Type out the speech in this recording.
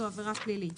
כן,